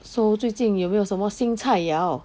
so 最近有没有什么新菜肴